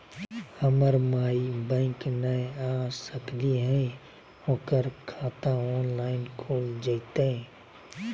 हमर माई बैंक नई आ सकली हई, ओकर खाता ऑनलाइन खुल जयतई?